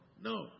No